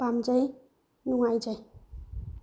ꯄꯥꯝꯖꯩ ꯅꯨꯡꯉꯥꯏꯖꯩ